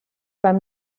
beim